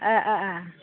औ औ औ